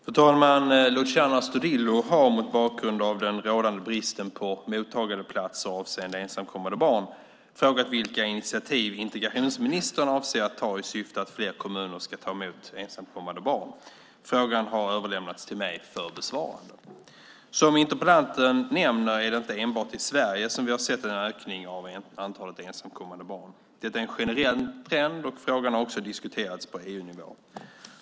Fru talman! Luciano Astudillo har mot bakgrund av den rådande bristen på mottagandeplatser avseende ensamkommande barn frågat vilka initiativ integrationsministern avser att ta i syfte att få fler kommuner att ta emot ensamkommande barn. Frågan har överlämnats till mig för besvarande. Som interpellanten nämner är det inte enbart i Sverige som vi har sett en ökning av antalet ensamkommande barn. Detta är en generell trend, och frågan har också diskuterats på EU-nivå.